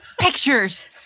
pictures